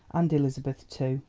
and elizabeth too,